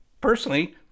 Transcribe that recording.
personally